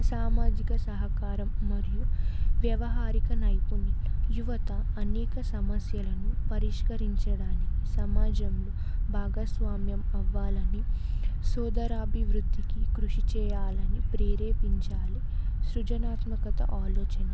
సామాజిక సహకారం మరియు వ్యవహారిక నైపుణ్యం యువత అనేక సమస్యలను పరిష్కరించడానికి సమాజంలో భాగస్వామ్యం అవ్వాలని సోదరాభివృద్ధికి కృషి చేయాలని ప్రేరేపించాలి సృజనాత్మకత ఆలోచన